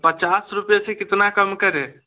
पचास रुपये से कितना कम करें